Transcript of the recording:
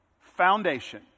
foundation